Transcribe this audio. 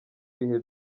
ibihe